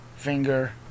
finger